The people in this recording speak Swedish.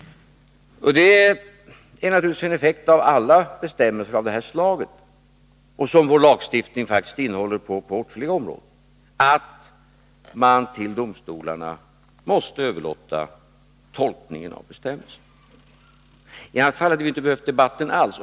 Det är naturligtvis en effekt av alla bestämmelser av det här slaget och som vår lagstiftning faktiskt innehåller på åtskilliga områden, att man till domstolarna måste överlåta tolkningen av bestämmelserna. I annat fall hade vi inte behövt den här debatten alls.